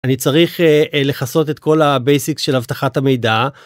אני צריך לחסות את כל הבייסיק של אבטחת המידע.